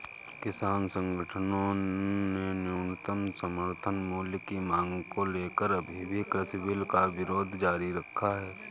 किसान संगठनों ने न्यूनतम समर्थन मूल्य की मांग को लेकर अभी भी कृषि बिल का विरोध जारी रखा है